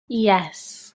yes